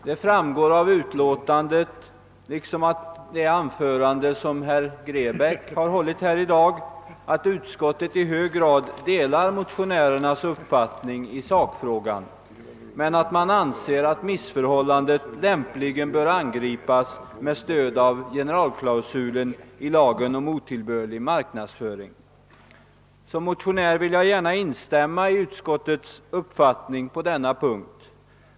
Det framgår av utskottsutlåtandet liksom av herr Grebäcks anförande, att utskottet i hög grad delar motionärernas uppfattning i sakfrågan men att utskottet anser att missförhållandet lämpligen bör angripas med stöd av generalklausulen i lagen om otillbörlig marknadsföring. Som motionär vill jag gärna instämma i utskottets uppfattning på denna punkt.